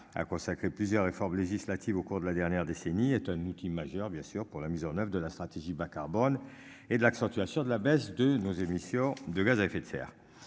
a consacré plusieurs réformes législatives au cours de la dernière décennie est un outil majeur bien sûr pour la mise en oeuvre de la stratégie bas-carbone et de l'accentuation de la baisse de nos émissions de gaz à effet de serre.